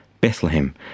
Bethlehem